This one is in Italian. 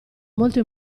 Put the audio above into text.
molto